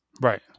Right